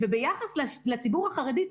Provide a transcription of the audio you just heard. וביחס לציבור החרדי,